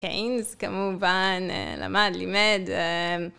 קיינס כמובן, למד, לימד.